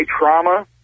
trauma